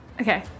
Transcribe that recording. Okay